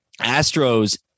Astros